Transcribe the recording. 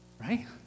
right